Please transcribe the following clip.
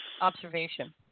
observation